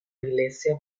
iglesia